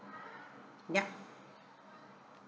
ya